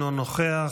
אינו נוכח,